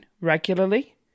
regularly